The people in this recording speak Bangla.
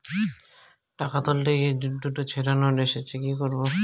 টাকা তুলতে গিয়ে দুটো ছেড়া নোট এসেছে কি করবো?